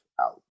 out